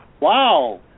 Wow